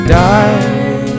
die